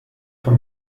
von